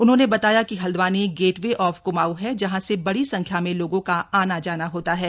उन्होंने बताया कि Haldwani gateway of Kumaon है जहां से बड़ी संख्या में लोगों का आना जाना होता है